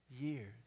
years